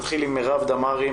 נתחיל עם מירב דמארי,